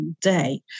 day